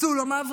צאו לו מהווריד.